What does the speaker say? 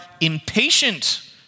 impatient